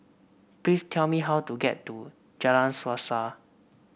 please tell me how to get to Jalan Suasa